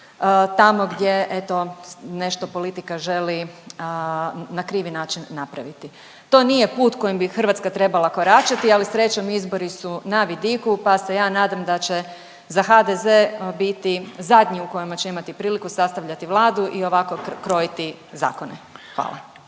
tamo gdje eto nešto politika želi na krivi način napraviti. To nije put kojim bi Hrvatska trebala koračati, ali srećom izbori su na vidiku pa se ja nadam da će za HDZ biti zadnji u kojima će imati priliku sastavljati vladu i ovako krojiti zakone. Hvala.